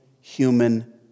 human